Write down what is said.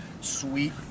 sweet